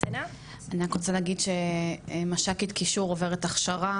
אני רק רוצה להגיד שמשקית קישור עוברת הכשרה